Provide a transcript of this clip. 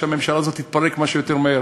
שהממשלה הזאת תתפרק כמה שיותר מהר,